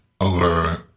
over